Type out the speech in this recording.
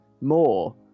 more